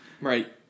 Right